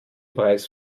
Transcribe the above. preis